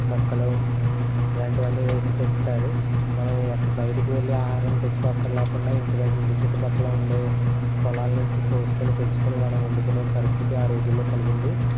మొక్కలు ఇలాంటివి అన్నీ వేసి పెంచుతారు మనం బయటకు వెళ్ళి ఆహారం తెచ్చుకో అక్కర్లేకుండా ఇంటిదగ్గ ఇంటి చుట్టుపక్కల ఉండే పొలాల నుంచి కోసుకొని తెచ్చుకొని మనం వండుకునే పరిస్థితి ఆ రోజులలో కలిగింది